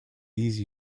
these